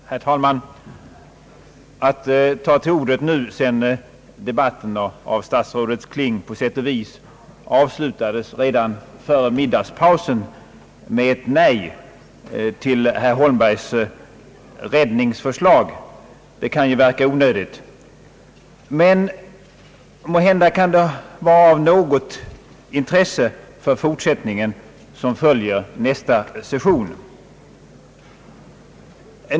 Herr talman! Att ta till orda nu sedan debatten på sätt och vis avslutades av statsrådet Kling redan före middagspausen med ett nej till herr Holmbergs räddningsförslag kan verka onödigt, men måhända kan det dock vara av något intresse för den fortsättning som följer nästa session.